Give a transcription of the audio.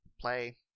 play